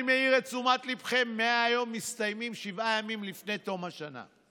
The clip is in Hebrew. אני מעיר את תשומת ליבכם: 100 הימים מסתיימים שבעה ימים לפני תום השנה.